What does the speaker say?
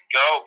go